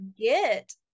get